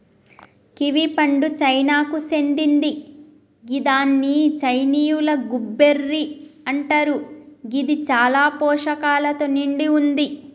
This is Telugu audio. కివి పండు చైనాకు సేందింది గిదాన్ని చైనీయుల గూస్బెర్రీ అంటరు గిది చాలా పోషకాలతో నిండి వుంది